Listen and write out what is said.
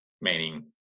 meaning